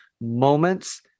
moments